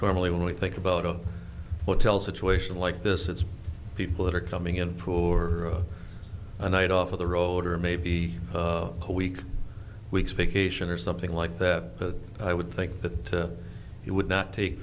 normally when we think about of hotel situation like this it's people that are coming in for a night off of the road or maybe a week weeks vacation or something like that but i would think that he would not take